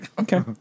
okay